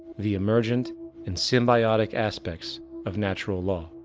the emergent and symbiotic aspects of natural law.